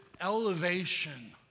elevation